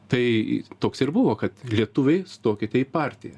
tai toks ir buvo kad lietuviai stokite į partiją